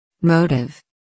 Motive